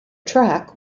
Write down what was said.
track